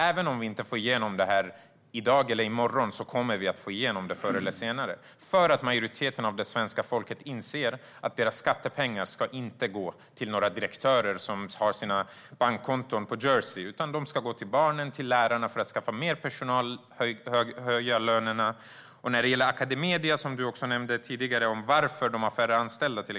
Även om vi inte får igenom det här i dag eller i morgon kommer vi att få igenom det förr eller senare, för majoriteten av svenska folket inser att deras skattepengar inte ska gå till några direktörer som har sina bankkonton på Jersey, utan att de ska gå till barnen och lärarna, till att skaffa mer personal och till att höja lönerna. Du nämnde tidigare varför Academedia har färre anställda.